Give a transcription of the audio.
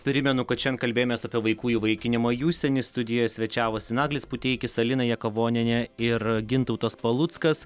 primenu kad šiandien kalbėjomės apie vaikų įvaikinimą į užsienį studijoje svečiavosi naglis puteikis alina jakavonienė ir gintautas paluckas